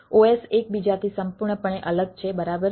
OS એકબીજાથી સંપૂર્ણપણે અલગ છે બરાબર